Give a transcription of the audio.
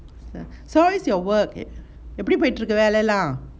so how is your work எப்டி போயிட்டு இருக்கு வேலை எல்லாம்:epdi poitu irukku velai ellaam